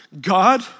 God